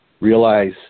realize